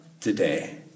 today